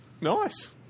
Nice